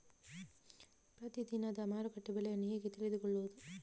ಪ್ರತಿದಿನದ ಮಾರುಕಟ್ಟೆ ಬೆಲೆಯನ್ನು ಹೇಗೆ ತಿಳಿದುಕೊಳ್ಳುವುದು?